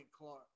Clark